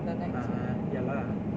uh ya lah